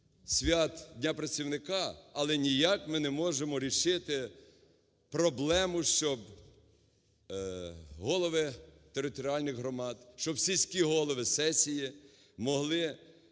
свят Дня працівника, але ніяк ми не можемо рішити проблему, щоб голови територіальних громад, щоб сільські голови сесії могли